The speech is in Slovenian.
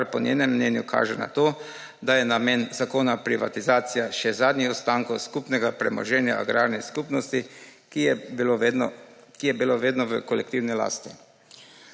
kar po njenem mnenju kaže na to, da je namen zakona privatizacija še zadnjih ostankov skupnega premoženja agrarne skupnosti, ki je bilo vedno v kolektivni lasti.